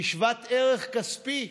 היא שוות ערך כספי.